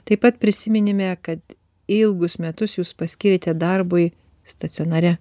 taip pat prisiminime kad ilgus metus jūs paskyrėte darbui stacionare